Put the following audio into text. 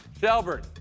Shelburne